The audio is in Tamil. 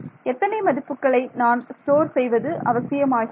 எத்தனை மதிப்புகளை நான் ஸ்டோர் செய்வது அவசியமாகிறது